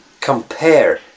compare